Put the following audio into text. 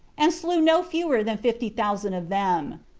and slew no fewer than fifty thousand of them.